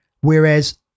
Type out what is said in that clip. Whereas